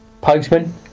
Postman